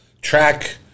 track